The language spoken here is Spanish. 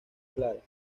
claras